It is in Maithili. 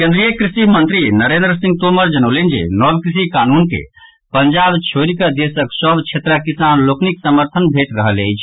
केन्द्रीय कृषि मंत्री नरेन्द्र सिंह तोमर जनौलनि जे नव कृषि कानून के पंजाब छोड़िकऽ देशक सभ क्षेत्रक किसान लोकनिक समर्थन भेट रहल अछि